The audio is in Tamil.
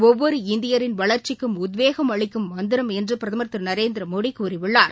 ஒவ்வொரு இந்தியரின் வளர்ச்சிக்கும் உத்வேகம் அளிக்கும் மந்திரம் என்றுபிரதமர் திருநரேந்திரமோடிகூறியுள்ளார்